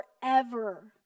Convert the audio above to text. forever